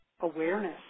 awareness